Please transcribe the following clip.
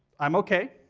i'm ok,